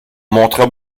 montra